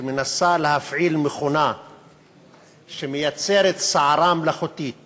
מנסה להפעיל מכונה שמייצרת סערה מלאכותית